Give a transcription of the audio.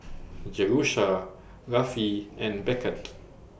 Jerusha Rafe and Beckett